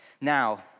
Now